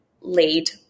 lead